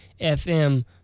FM